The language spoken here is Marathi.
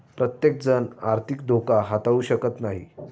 प्रत्येकजण आर्थिक धोका हाताळू शकत नाही